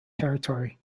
territory